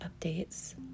updates